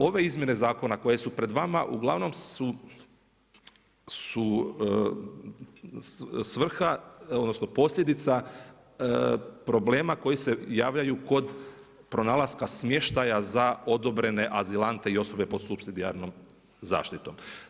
Ove izmjene zakona koje su pred vama su svrha, odnosno, posljedica problema koje se javljaju kod pronalaska smještaja za odobrene azilante i osobe po supsidijarnom zaštitom.